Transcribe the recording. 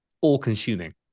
all-consuming